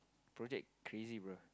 project crazy bruh